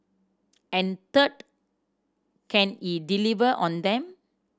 and third can he deliver on them